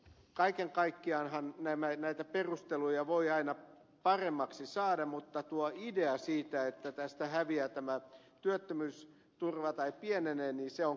kaiken kaikkiaanhan näitä perusteluja voi aina saada paremmiksi mutta se että lakialoitteen kuvaamalla tavalla työttömyysturva häviää tai pienenee on kestämätöntä